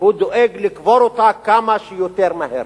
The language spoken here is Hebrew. הוא דואג לקבור אותו כמה שיותר מהר.